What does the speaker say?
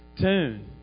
tune